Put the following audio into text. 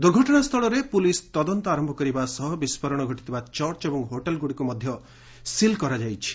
ଦୂର୍ଘଟଣା ସ୍ଥଳରେ ପୁଲିସ୍ ତଦନ୍ତ ଆରମ୍ଭ କରିବା ସହ ବିସ୍ଫୋରଣ ଘଟିଥିବା ଚର୍ଚ୍ଚ ଏବଂ ହୋଟେଲ୍ଗୁଡ଼ିକୁ ମଧ୍ୟ ସିଲ୍ କରାଯାଇଛି